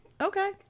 okay